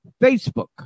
Facebook